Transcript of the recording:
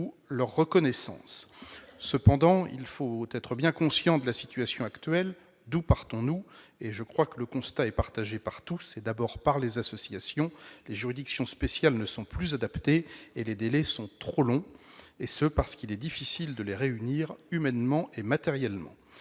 leur reconnaissance. Cependant, il faut être bien conscient de la situation actuelle. Le constat est partagé par tous, et d'abord par les associations : les juridictions spéciales ne sont plus adaptées et leurs délais de jugement sont trop longs, cela parce qu'il est difficile de les réunir, humainement et matériellement.